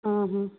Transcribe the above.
ହଁ ହଁ